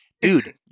dude